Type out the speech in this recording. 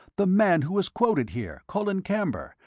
the man who is quoted here, colin camber,